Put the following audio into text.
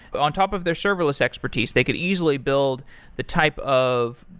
on top of their serverless expertise, they could easily build the type of,